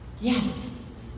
Yes